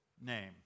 name